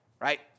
right